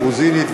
גרוזינית,